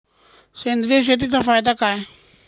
सेंद्रिय शेतीचा फायदा काय?